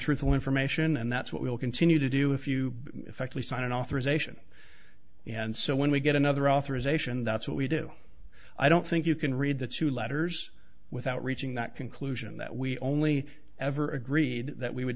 truthful information and that's what we'll continue to do if you actually sign an authorization and so when we get another authorization that's what we do i don't think you can read the two letters without reaching that conclusion that we only ever agreed that we would